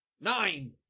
Nine